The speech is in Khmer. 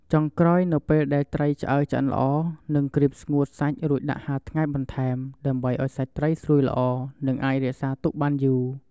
ចុងក្រោយនៅពេលដែលត្រីឆ្អើរឆ្អិនល្អ និងក្រៀមស្ងួតសាច់រួចដាក់ហាលថ្ងៃបន្ថែម ដើម្បីឱ្យសាច់ត្រីស្រួយល្អ និងអាចរក្សាទុកបានយូរ។